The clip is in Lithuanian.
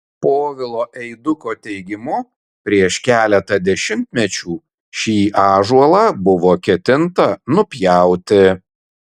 povilo eiduko teigimu prieš keletą dešimtmečių šį ąžuolą buvo ketinta nupjauti